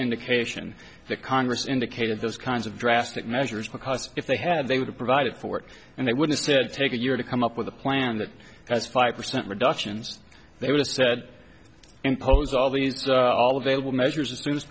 indication that congress indicated those kinds of drastic measures because if they had they would have provided for it and it wouldn't said take a year to come up with a plan that has five percent reductions they would've said impose all these all available measures as soon as